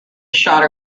shot